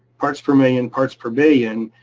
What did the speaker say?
parts per million, parts per billion.